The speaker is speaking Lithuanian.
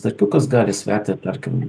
starkiukas gali sverti tarkim